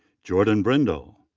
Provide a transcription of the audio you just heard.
jordan brindle.